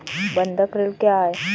बंधक ऋण क्या है?